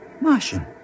Martian